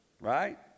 Right